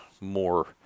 more